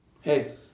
hey